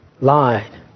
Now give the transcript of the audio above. lied